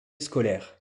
scolaire